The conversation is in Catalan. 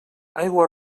aigua